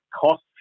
cost